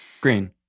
Green